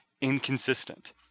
inconsistent